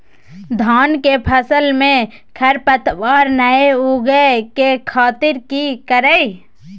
धान के फसल में खरपतवार नय उगय के खातिर की करियै?